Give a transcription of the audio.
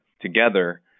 together